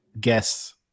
guess